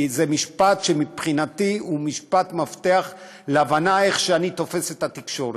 כי זה משפט שמבחינתי הוא משפט מפתח להבנה איך שאני תופס את התקשורת.